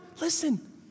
Listen